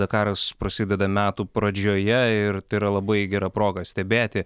dakaras prasideda metų pradžioje ir tai yra labai gera proga stebėti